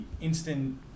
instant